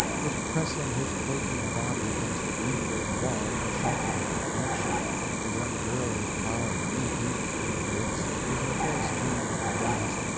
was pressing his quaking body against a windward wall for shelter and protection a young girl was plowing knee-deep through the drifts, with her face turned from the blast,